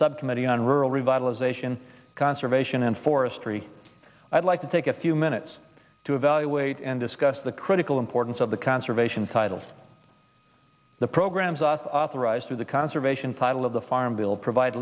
subcommittee on rural revitalization conservation and forestry i'd like to take a few minutes to evaluate and discuss the critical importance of the conservation titles the programs us authorized through the conservation title of the farm bill provide